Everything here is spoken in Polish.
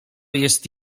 jest